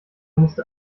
musste